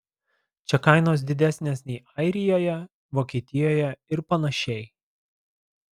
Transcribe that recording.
čia kainos didesnės nei airijoje vokietijoje ir panašiai